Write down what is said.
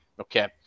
Okay